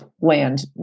land